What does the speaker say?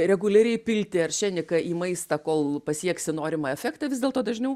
reguliariai pilti aršeniką į maistą kol pasieksi norimą efektą vis dėlto dažniau